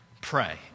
Pray